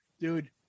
Dude